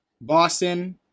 Boston